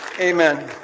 Amen